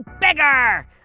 bigger